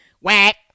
Whack